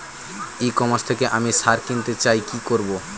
ই commerce থেকে আমি সার কিনতে চাই কি করব?